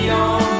on